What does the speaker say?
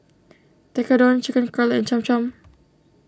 Tekkadon Chicken Cutlet and Cham Cham